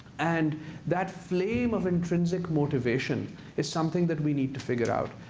and that flame of intrinsic motivation is something that we need to figure out.